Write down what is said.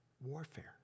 warfare